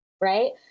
right